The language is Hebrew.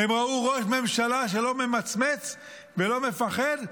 הם ראו ראש ממשלה שלא ממצמץ ולא מפחד,